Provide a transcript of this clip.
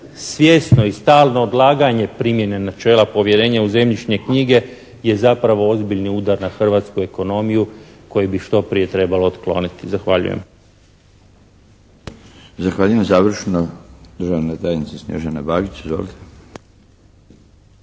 svjesno i stalno odlaganje primjene načela povjerenja u zemljišne knjige je zapravo ozbiljni udar na hrvatsku ekonomiju koji bi što prije trebalo otkloniti. Zahvaljujem. **Milinović, Darko (HDZ)** Zahvaljujem. Završno, državna tajnica Snježana Bagić. Izvolite.